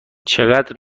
چقدر